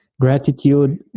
gratitude